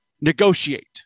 negotiate